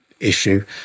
issue